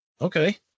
Okay